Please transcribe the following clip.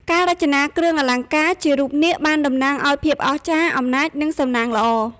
ការរចនាគ្រឿងអលង្ការជារូបនាគបានតំណាងឱ្យភាពអស្ចារ្យ អំណាច និងសំណាងល្អ។